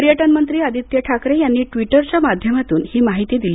पर्यटनमंत्री आदित्य ठाकरे यांनी ट्वीटरच्या माध्यमातून ही माहिती दिली